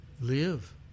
Live